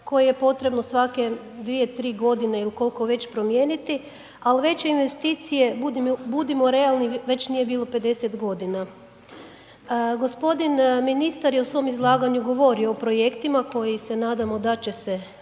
koje je potrebno svake 2, 3 godine ili koliko već, promijeniti, ali veće investicije, budimo realni, već nije bilo 50 g. G. ministar je u svom izlaganju govorio o projektima koji se nadamo da će se